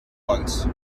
once